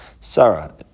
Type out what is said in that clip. Sarah